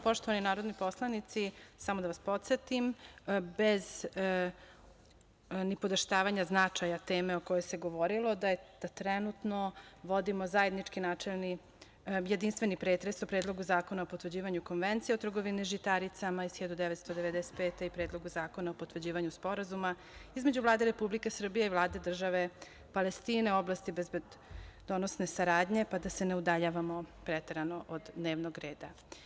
Poštovani narodni poslanici, samo da vas podsetim, bez nipodaštavanja značaja teme o kojoj se govorilo, da trenutno vodimo zajednički jedinstveni pretres o Predlogu zakona o potvrđivanju konvencije o trgovini žitaricama iz 1995. godine i Predlogu zakona o potvrđivanju Sporazuma između Vlade Republike Srbije i Vlade države Palestine u oblasti bezbedonosne saradnje, pa da se ne udaljavamo preterano od dnevnog reda.